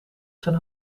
zijn